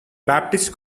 baptist